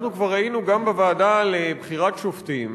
אנחנו כבר ראינו, גם בוועדה לבחירת שופטים,